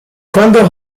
crandall